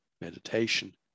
meditation